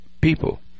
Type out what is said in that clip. people